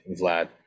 Vlad